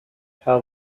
how